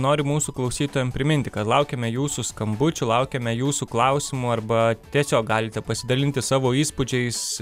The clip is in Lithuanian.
noriu mūsų klausytojam priminti kad laukiame jūsų skambučių laukiame jūsų klausimų arba tiesiog galite pasidalinti savo įspūdžiais